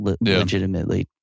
legitimately